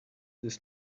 this